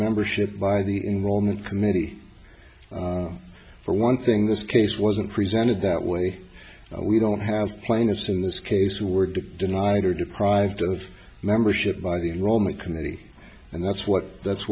membership by the enrollment committee for one thing this case wasn't presented that way we don't have plaintiffs in this case who were to deny it are deprived of membership by the enrollment committee and that's what that's